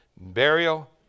burial